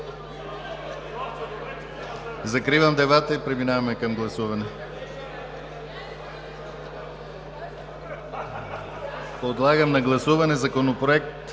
Закривам дебата и преминаваме към гласуване. Подлагам на първо гласуване Законопроект